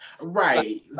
Right